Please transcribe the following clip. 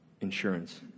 insurance